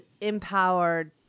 empowered